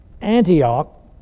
Antioch